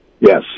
Yes